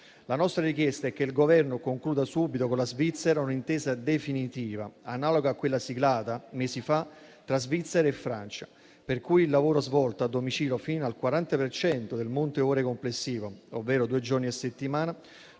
La nostra richiesta è che il Governo concluda subito con la Svizzera un'intesa definitiva analoga a quella siglata mesi fa tra Svizzera e Francia, per cui il lavoro svolto a domicilio fino al 40 per cento del monte ore complessivo, ovvero due giorni a settimana,